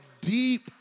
deep